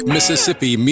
Mississippi